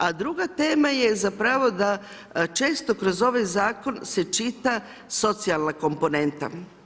A druga tema je zapravo da često kroz ovaj Zakon se čita socijalna komponenta.